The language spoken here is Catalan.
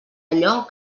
allò